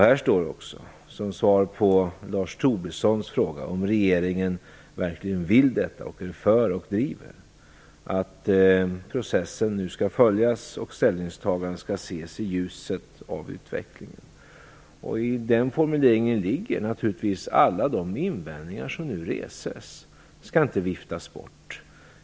Där står också, som svar på Lars Tobissons fråga om regeringen verkligen vill detta och driver frågan, att processen nu skall följas och att ställningstagandet skall ses i ljuset av utvecklingen. I den formuleringen ligger alla de invändningar som nu reses. De skall inte viftas bort.